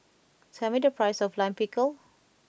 tell me the price of Lime Pickle